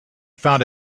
found